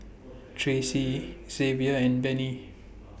Tracey Xzavier and Benny